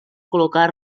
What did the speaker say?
col·locar